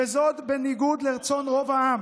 וזאת בניגוד לרצון רוב העם.